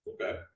okay